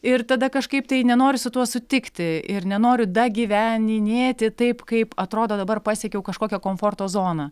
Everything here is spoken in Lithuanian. ir tada kažkaip tai nenoriu su tuo sutikti ir nenoriu dagiveninėti taip kaip atrodo dabar pasiekiau kažkokią komforto zoną